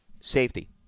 safety